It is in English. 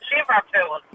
Liverpool